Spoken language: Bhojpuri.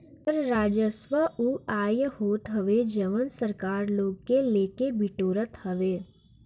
कर राजस्व उ आय होत हवे जवन सरकार लोग से लेके बिटोरत हवे